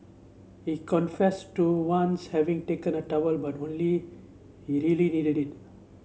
he confessed to once having taken a towel but only he really needed it